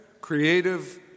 creative